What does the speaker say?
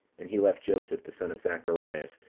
and he left joseph, the son of zacharias,